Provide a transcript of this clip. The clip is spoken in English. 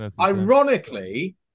ironically